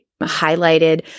highlighted